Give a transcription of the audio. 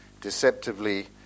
deceptively